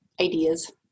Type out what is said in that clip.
ideas